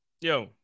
Yo